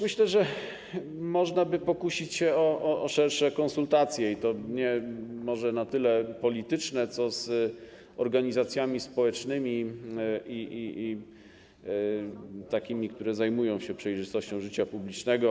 Myślę zatem, że można by pokusić się o szersze konsultacje, i to może nie tyle polityczne, co z organizacjami społecznymi i takimi, które zajmują się przejrzystością życia publicznego.